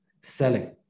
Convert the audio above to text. selling